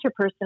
interpersonal